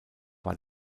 war